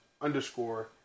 underscore